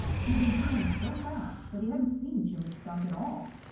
he had been hurrying so fast that he hadn't seen jimmy skunk at all.